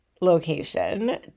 location